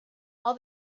all